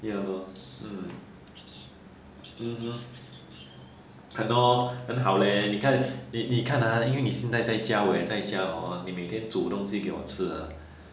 ya loh hmm mmhmm hano 很好 leh 你看你你看 ha 你现在在家我也在家 hor 你每天煮东西给我吃 ha